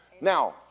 Now